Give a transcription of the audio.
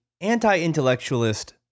anti-intellectualist